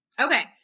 Okay